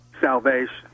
salvation